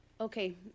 Okay